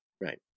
right